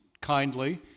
kindly